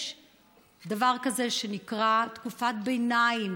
יש דבר כזה שנקרא תקופת ביניים,